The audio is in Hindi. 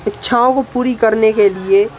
इच्छाओं को पूरा करने के लिए